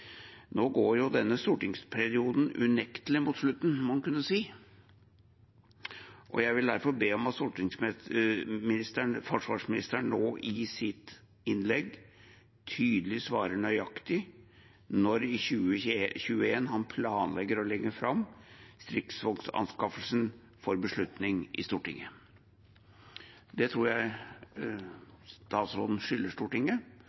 Nå går jo denne stortingsperioden unektelig mot slutten, må en kunne si, og jeg vil derfor be om at forsvarsministeren nå i sitt innlegg tydelig svarer nøyaktig når i 2021 han planlegger å legge fram stridsvognanskaffelsen for beslutning i Stortinget. Det tror jeg statsråden skylder Stortinget,